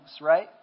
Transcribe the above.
right